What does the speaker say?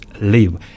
leave